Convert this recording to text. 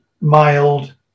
mild